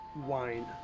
wine